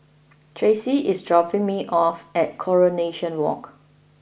Tracie is dropping me off at Coronation Walk